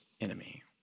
enemy